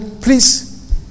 Please